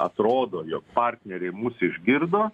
atrodo jog partneriai mus išgirdo